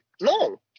no